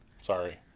Sorry